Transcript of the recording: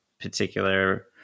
particular